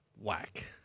Whack